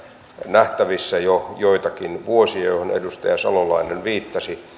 nähtävissä jo joitakin vuosia johon edustaja salolainen viittasi